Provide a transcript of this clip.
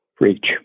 reach